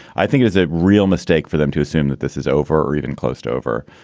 i think it's a real mistake for them to assume that this is over or even close to over.